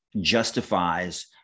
justifies